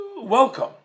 welcome